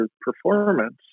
performance